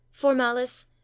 formalis